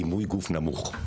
דימוי גוף נמוך.